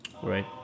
right